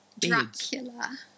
Dracula